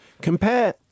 Compare